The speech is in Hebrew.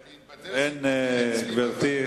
גברתי,